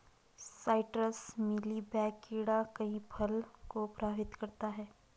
citrus mealybug कीड़ा कई फल को प्रभावित करता है